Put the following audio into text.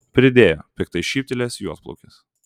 pridėjo piktai šyptelėjęs juodplaukis